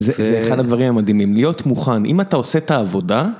זה אחד הדברים המדהימים, להיות מוכן, אם אתה עושה את העבודה...